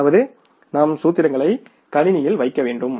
அதாவது நாம் சூத்திரங்களை கணினியில் வைக்க வேண்டும்